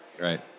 right